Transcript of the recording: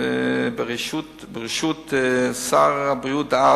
בראשות שר הבריאות דאז,